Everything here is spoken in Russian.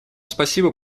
спасибо